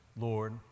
Lord